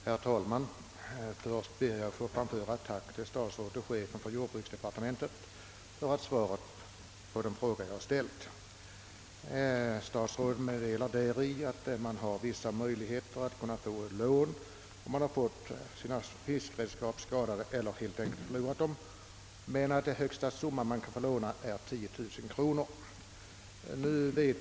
Herr talman! Jag tackar statsrådet och chefen för jordbruksdepartementet för svaret på min fråga. Statsrådet meddelar i svaret att det finns vissa möjligheter att få lån, om man har fått sina fiskredskap skadade eller om man har förlorat dem, men att det högsta lånebeloppet är 10 000 kronor.